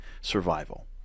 survival